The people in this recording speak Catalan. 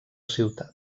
ciutat